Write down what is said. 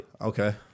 Okay